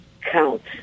counts